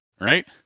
right